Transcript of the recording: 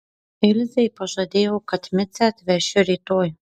ilzei pažadėjau kad micę atvešiu rytoj